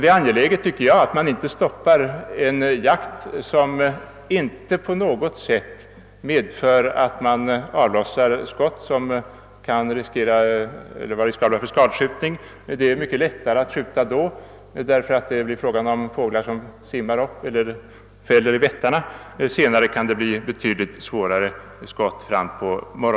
Enligt min mening är det angeläget att man inte stoppar en jakt, som inte på något sätt innebär risker för skadskjutning — det är mycket lättare att skjuta då, därför att fåglarna ofta simmar upp eller fäller i vettarna; senare på morgonen kan det bli fråga om betydligt svårare skott.